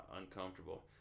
uncomfortable